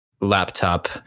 laptop